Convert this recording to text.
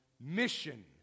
mission